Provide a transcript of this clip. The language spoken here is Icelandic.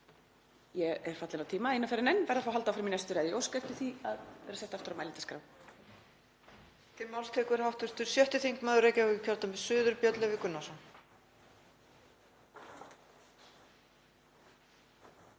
Ég er fallin á tíma eina ferðina enn, ég verð að fá að halda áfram í næstu ræðu. Ég óska eftir því að verða sett aftur á mælendaskrá.